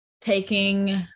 taking